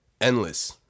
endless